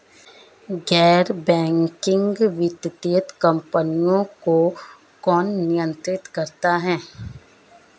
गैर बैंकिंग वित्तीय कंपनियों को कौन नियंत्रित करता है?